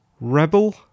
rebel